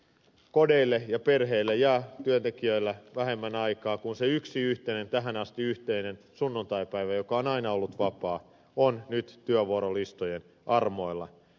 kodeille ja perheille jää työntekijöillä vähemmän aikaa kun se yksi tähän asti yhteinen sunnuntaipäivä joka on aina ollut vapaa on nyt työvuorolistojen armoilla